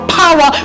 power